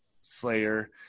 Slayer